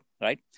right